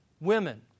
Women